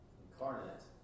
incarnate